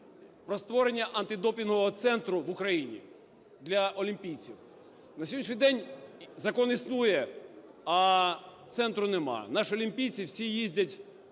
про створення антидопінгового центру в Україні для олімпійців. На сьогоднішній день закон існує, а центру немає. Наші олімпійці всі їздять